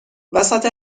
وسط